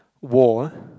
war ah